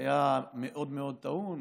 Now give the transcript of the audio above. היה מאוד מאוד טעון,